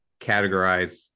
categorize